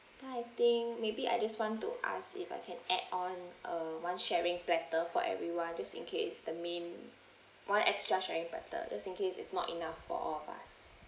then I think maybe I just want to ask if I can add on uh one sharing platter for everyone just in case the main one extra sharing platter just in case it's not enough for all of us